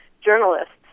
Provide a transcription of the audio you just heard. journalists